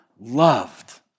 loved